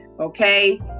Okay